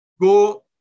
go